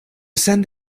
send